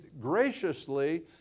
graciously